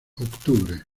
octubre